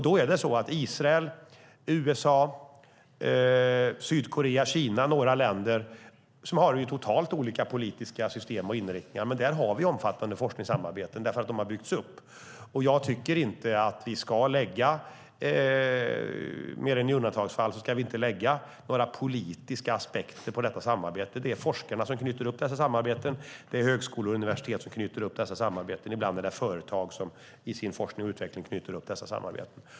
Då är det så att Israel, USA, Sydkorea, Kina och några andra länder har totalt olika politiska system och inriktningar, men där har vi omfattande forskningssamarbeten därför att de har byggts upp. Jag tycker inte att vi mer än i undantagsfall ska lägga politiska aspekter på detta samarbete. Det är forskarna som knyter upp dessa samarbeten. Det är högskolor och universitet som knyter upp dessa samarbeten. Ibland är det företag som i sin forskning och utveckling knyter upp dessa samarbeten.